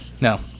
no